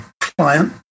client